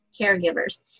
caregivers